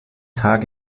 tag